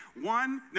One